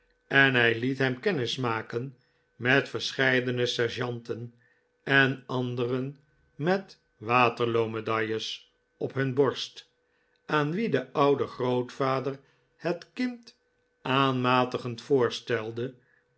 en hij liet hem kennis maken met verscheidene sergeanten en anderen met waterloo medailles op hun borst aan wie de oude grootvader het kind aanmatigend voorstelde